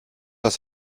das